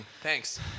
Thanks